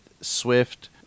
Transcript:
Swift